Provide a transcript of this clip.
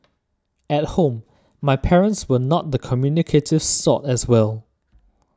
at home my parents were not the communicative sort as well